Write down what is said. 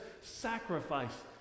sacrifice